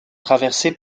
traversée